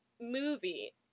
movie